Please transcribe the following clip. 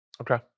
okay